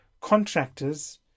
contractors